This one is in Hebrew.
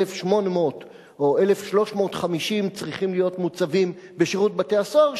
1,800 או 1,350 צריכים להיות מוצבים בשירות בתי-הסוהר,